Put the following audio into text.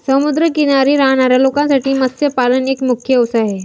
समुद्र किनारी राहणाऱ्या लोकांसाठी मत्स्यपालन एक मुख्य व्यवसाय आहे